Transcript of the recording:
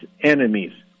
enemies